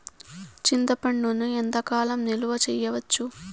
చింతపండును ఎంత కాలం నిలువ చేయవచ్చు?